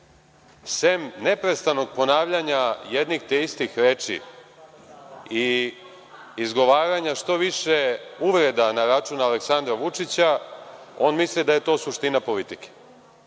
sem neprestanog ponavljanja jednih te istih reči i izgovaranja što više uvreda na račun Aleksandra Vučića, on misli da je to suština politike.